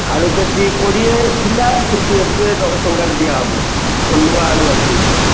ଆଳୁ K G କୋଡ଼ିଏ ଥିଲା କିନ୍ତୁ ଏବେ ଦଶ ଟଙ୍କାରେ ଦିଆ ହେବ ନୂଆ ଆଳୁ ଆସି ଯାଇଛି